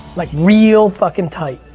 like real fucking tight.